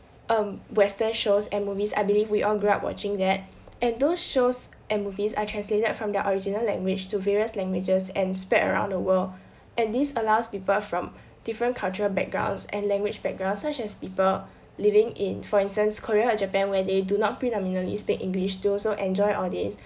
um western shows and movies I believe we all grew up watching that and those shows and movies are translated from their original language to various languages and spread around the world and this allows people from different cultural backgrounds and language backgrounds such as people living in for instance korea or japan where they do not predominantly speak english to also enjoy all these